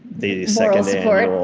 the second annual,